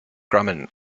grumman